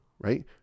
Right